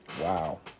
Wow